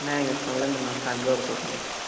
ନାହିଁ ଶୈଳେନ୍ଦ୍ର ନୁହଁ ସାଗର କହୁଥିଲି